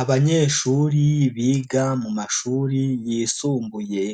Abanyeshuri biga mu mashuri yisumbuye,